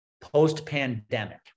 post-pandemic